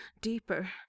deeper